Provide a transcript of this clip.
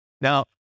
Now